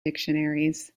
dictionaries